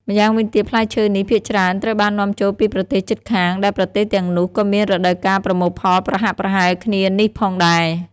ម្យ៉ាងវិញទៀត ផ្លែឈើនេះភាគច្រើនត្រូវបាននាំចូលពីប្រទេសជិតខាង ដែលប្រទេសទាំងនោះក៏មានរដូវកាលប្រមូលផលប្រហាក់ប្រហែលគ្នានេះផងដែរ។